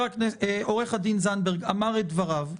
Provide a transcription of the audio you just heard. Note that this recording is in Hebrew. עו"ד זנדברג אמר את דבריו,